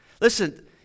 Listen